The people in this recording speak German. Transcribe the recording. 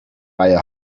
reihe